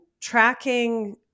tracking